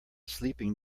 sleeping